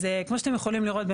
אז כמו שאתם יכולים לראות,